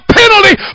penalty